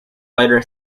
lighter